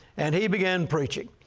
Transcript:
and he began preaching.